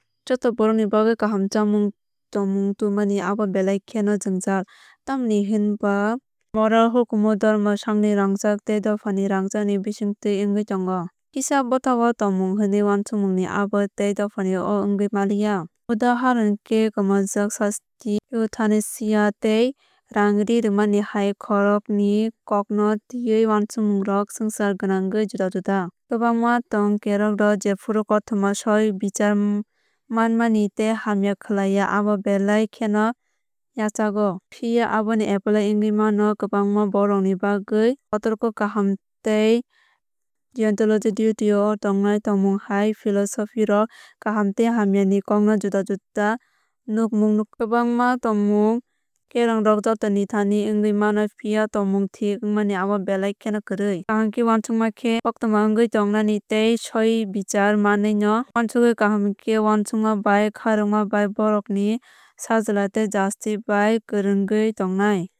Joto borokni bagwi kaham chapmung chongmung tubumani abo belai kheno jwngjal tamni hwnba moral hukumu dhormo sakni rangchak tei dophani rangchak ni bisingtwi wngwi tongo. Kaisa dohpanw tongmung hwnwi uansukjakmani abo tei dohpani o wngwi manliya. Udhaharani khe kwmajak sasti euthanasia tei rang ri rwmani hai kokrokni kokno twiwi uansukmungrok swngchar gwnangwi juda juda. Kwbangma tong kerongrok jephru kothoma soi bichar manmani tei hamya khlai ya abo belai kheno yachago. Phiya aboni apply wngwi mano kwbangma borokni bagwi. Kotorkuk kaham tei deontology duty o tongnai tongmung hai philosophyrok kaham tei hamya ni kokno juda juda nukmung rwkha. Kwbangma tonmong kerongrok jotoni thani wngwi mano phiya tonmung thik wngmani abo belai kheno kwrwi. Kaham khe uansukma khe koktwma wngwi tongmani tei soi bichar manui no uansukwi kaham khe uansukma bai khairokma bai borokni sajla tei justice bai kwrwngwi tongnai.